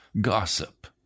Gossip